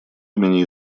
имени